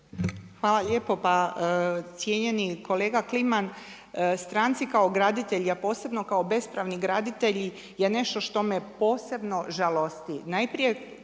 Hvala lijepo, pa cijenjeni kolega Kliman, stranci kao graditelji, a posebno kao bespravni graditelji je nešto što me posebno žalosti.